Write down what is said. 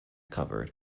cupboard